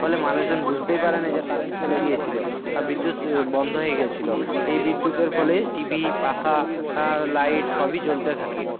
ফলে মানুষজন বুঝতেই পারে না যে কারেন্ট চলে গিয়েছিলো বা বিদ্যুৎ বন্ধ হয়ে গিয়েছিলো এই বিদ্যুতের ফলে টিভি পাখা লাইট সবই জ্বলতে থাকে